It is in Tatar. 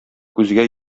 күзгә